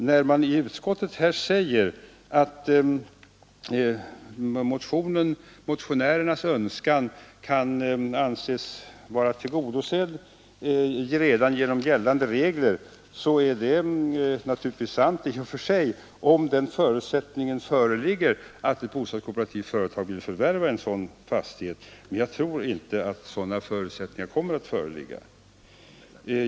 När utskottet skriver att motionärernas önskan kan anses tillgodosedd redan genom gällande regler är detta naturligtvis i och för sig sant, om den förutsättningen föreligger att ett bostadskooperativt företag vill förvärva en sådan fastighet. Men jag tror det är uteslutet att sådana förutsättningar kommer att föreligga.